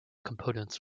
components